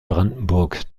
brandenburg